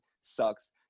sucks